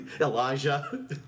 Elijah